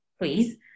please